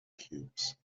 cubes